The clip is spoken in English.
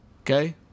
okay